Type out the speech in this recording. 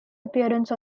appearance